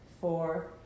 four